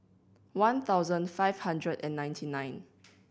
one thousand five hundred and ninety nine